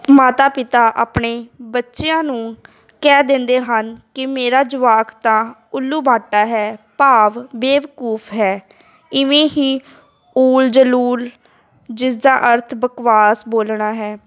ਮਾਤਾ ਪਿਤਾ ਆਪਣੇ ਬੱਚਿਆਂ ਨੂੰ ਕਹਿ ਦਿੰਦੇ ਹਨ ਕਿ ਮੇਰਾ ਜਵਾਕ ਤਾਂ ਉੱਲੂ ਬਾਟਾ ਹੈ ਭਾਵ ਬੇਵਕੂਫ ਹੈ ਇਵੇਂ ਹੀ ਊਲ ਜਲੂਲ ਜਿਸ ਦਾ ਅਰਥ ਬਕਵਾਸ ਬੋਲਣਾ ਹੈ